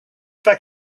back